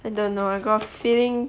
I don't know I gotta feeling